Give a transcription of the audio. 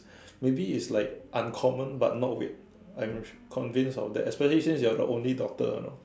maybe is like uncommon but not weird I'm convince our dad especially since you're the only daughter